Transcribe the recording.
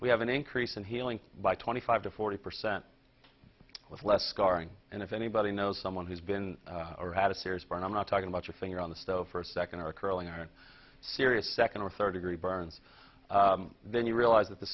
we have an increase in healing by twenty five to forty percent with less scarring and if anybody knows someone who's been had a serious burn i'm not talking about your finger on the stove first second or curling or serious second or third degree burns then you realize that the